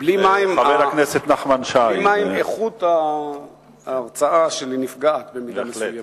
בלי מים איכות ההרצאה שלי נפגעת במידה מסוימת.